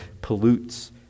pollutes